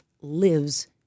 lives